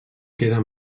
queda